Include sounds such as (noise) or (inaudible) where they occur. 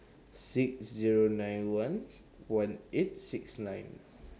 six Zero nine one (noise) one eight six nine